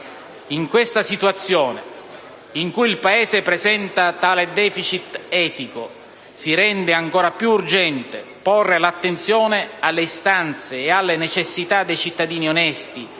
In questa situazione, in cui il Paese presenta tale *deficit* etico, si rende ancora più urgente porre l'attenzione alle istanze e alle necessità dei cittadini onesti,